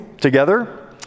together